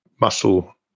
muscle